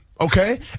okay